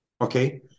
okay